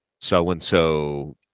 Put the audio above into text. so-and-so